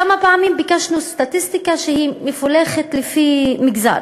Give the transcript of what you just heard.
כמה פעמים ביקשנו סטטיסטיקה מפולחת לפי מגזרים.